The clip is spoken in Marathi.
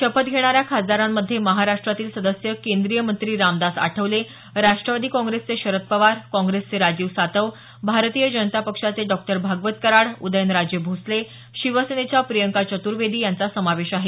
शपथ घेणाऱ्या खासदारांमध्ये महाराष्ट्रातील सदस्य केंद्रीय मंत्री रामदास आठवले राष्ट्रवादी काँग्रेसचे शरद पवार कॉंग्रेसचे राजीव सातव भारतीय जनता पक्षाचे डॉक्टर भागवत कराड उदयनराजे भोसले शिवसेनेच्या प्रियंका चतुर्वेदी यांचा समावेश आहे